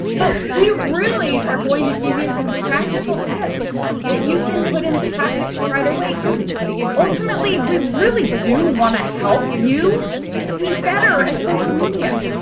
but we really are going to give you some practical tips that you can put into practice right away. ultimately, we really do want to help you be better at social media.